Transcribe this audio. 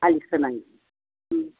हालिसे मानि